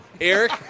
Eric